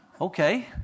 Okay